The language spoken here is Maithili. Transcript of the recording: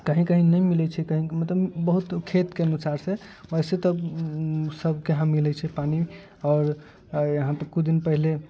कहीं कहीं नहि मिलै छै मतलब कहीं बहुत खेतके अनुसारसँ वइसे तऽ सभके यहाँ मिलै छै पानि आओर यहाँ पर किछु दिन पहले